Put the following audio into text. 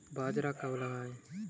बाजरा कब लगाएँ?